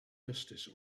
justice